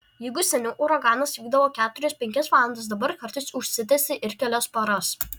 jeigu seniau uraganas vykdavo keturias penkias valandas dabar kartais užsitęsia ir kelias paras